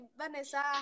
Vanessa